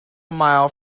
mile